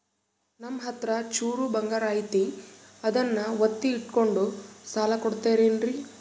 ನಮ್ಮಹತ್ರ ಚೂರು ಬಂಗಾರ ಐತಿ ಅದನ್ನ ಒತ್ತಿ ಇಟ್ಕೊಂಡು ಸಾಲ ಕೊಡ್ತಿರೇನ್ರಿ?